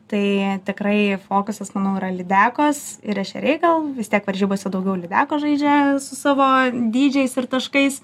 tai tikrai fokusas manau yra lydekos ir ešeriai gal vis tiek varžybose daugiau lydekos žaidžia su savo dydžiais ir taškais